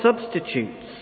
substitutes